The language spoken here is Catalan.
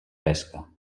pesca